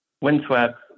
Windswept